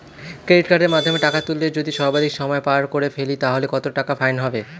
Credit কার্ডের মাধ্যমে টাকা তুললে যদি সর্বাধিক সময় পার করে ফেলি তাহলে কত টাকা ফাইন হবে?